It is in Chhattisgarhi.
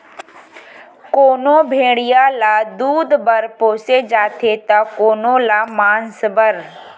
कोनो भेड़िया ल दूद बर पोसे जाथे त कोनो ल मांस बर